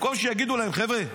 במקום שיגידו להם: חבר'ה,